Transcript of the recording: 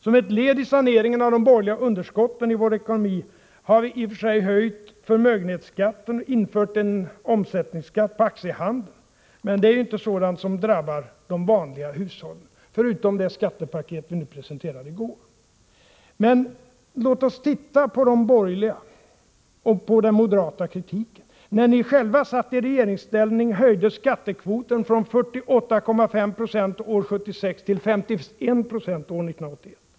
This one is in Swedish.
Som ett led i saneringen av de borgerliga underskotten i vår ekonomi har vi i och för sig höjt förmögenhetsskatten och infört omsättningsskatt på aktiehandeln. Men det är ju inte sådant som drabbar de vanliga hushållen — bortsett från det skattepaket som vi presenterade i går. Låt oss se på de borgerligas agerande och på den moderata kritiken. När ni själva var i regeringsställning höjdes skattekvoten från 48,5 20 år 1976 till 5170 år 1981.